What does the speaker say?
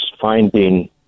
finding